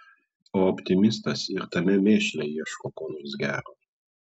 o optimistas ir tame mėšle ieško ko nors gero